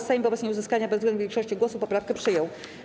Sejm wobec nieuzyskania bezwzględnej większości głosów poprawkę przyjął.